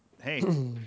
hey